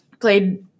Played